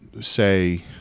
say